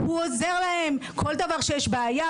הוא עוזר להם בכל דבר שבו יש להם בעיה.